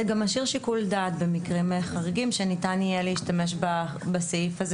זה גם משאיר שיקול דעת במקרים חריגים שניתן יהיה להשתמש בסעיף הזה